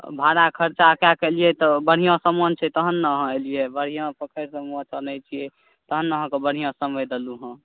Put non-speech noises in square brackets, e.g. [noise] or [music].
भाड़ा खर्चा कए कऽ एलियै तऽ बढ़िआँ समान छै तखन ने अहाँ एलियै बढ़िआँ [unintelligible] तखन ने अहाँके बढ़िआँ समय देलहुँ हेँ